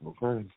Okay